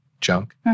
junk